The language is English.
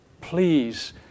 Please